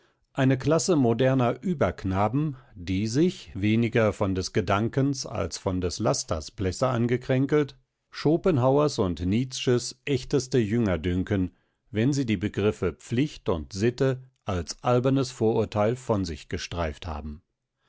eine klasse moderner überknaben die sich weniger von des gedankens als von des lasters blässe angekränkelt schopenhauers und nietzsches echteste jünger dünken wenn sie die begriffe pflicht und sitte als albernes vorurteil von sich gestreift haben